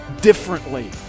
differently